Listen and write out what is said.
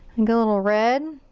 and get a little red.